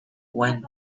when